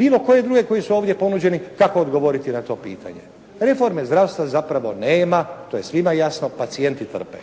bilo koje druge koji su ovdje ponuđeni kako odgovoriti na to pitanje. Reforme zdravstva zapravo nema to je svima jasno. Pacijenti trpe.